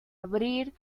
abrir